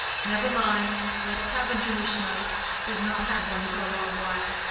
never mind. let us have a jewish night we've not had one for a long while.